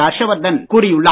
ஹர்ஷ்வர்தன் கூறியுள்ளார்